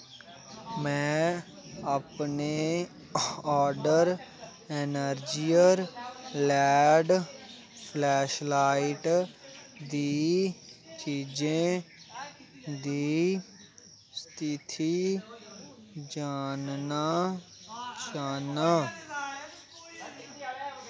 में अपने order Energizer LED flashlight दी चीजें दी स्थिति जानना चाह्न्नां